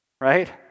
right